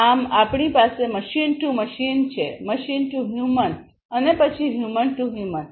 આમ આપણી પાસે મશીન ટૂ મશીન છે મશીન ટુ હ્યુમન માનવ અને પછી હ્યુમન ટુ હ્યુમન